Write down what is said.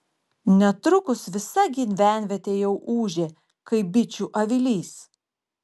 netrukus visa gyvenvietė jau ūžė kaip bičių avilys